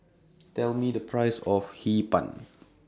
Tell Me The Price of Hee Pan